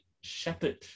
shepherd